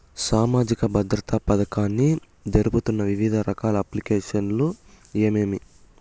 సామాజిక భద్రత పథకాన్ని జరుపుతున్న వివిధ రకాల అప్లికేషన్లు ఏమేమి?